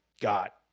got